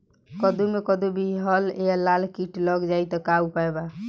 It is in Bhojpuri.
कद्दू मे कद्दू विहल या लाल कीट लग जाइ त का उपाय बा?